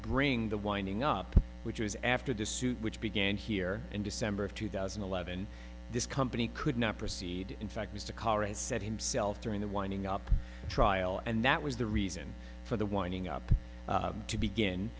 bring the winding up which was after the suit which began here in december of two thousand and eleven this company could not proceed in fact mr karr is said himself during the winding up trial and that was the reason for the winding up to begin